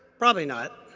probably not.